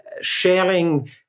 Sharing